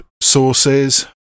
sources